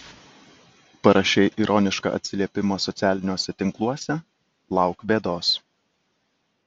parašei ironišką atsiliepimą socialiniuose tinkluose lauk bėdos